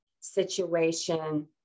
situation